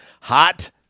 hot